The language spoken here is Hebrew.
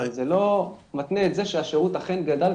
זה לא מתנה את זה שהשירות אכן גדל,